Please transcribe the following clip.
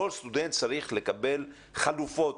שכל סטודנט צריך לקבל חלופות,